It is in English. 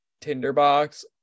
tinderbox